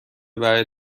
برای